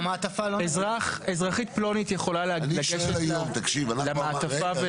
אזרח, אזרחית פלונית יכולה לגשת לאתר המעטפה?